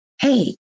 Hey